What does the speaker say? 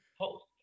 post